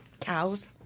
cows